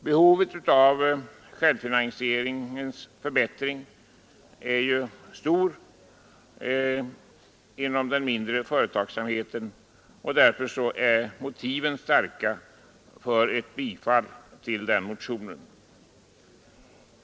Behovet av en förbättring i självfinansieringen är mycket stort inom den mindre företagsamheten, och därför är motiven starka för ett bifall till den motionen.